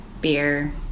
beer